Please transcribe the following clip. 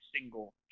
single